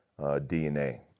DNA